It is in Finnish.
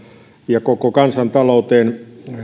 ja koko kansantalouteen